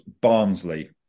Barnsley